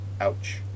ouch